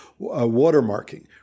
watermarking